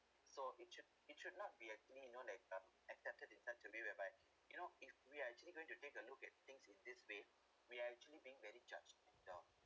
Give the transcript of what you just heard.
so it should it should not be actually you know like uh accepted inside to be whereby you know if we are actually going to take a look at things in this way we're actually being very judgmental